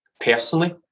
personally